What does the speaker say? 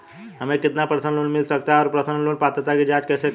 हमें कितना personal loan मिल सकता है और पर्सनल लोन पात्रता की जांच कैसे करें?